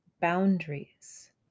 boundaries